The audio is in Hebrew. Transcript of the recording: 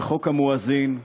וחוק המואזין,